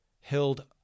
held